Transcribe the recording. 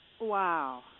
Wow